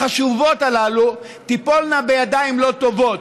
החשובות הללו תיפולנה בידיים לא טובות.